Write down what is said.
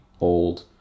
old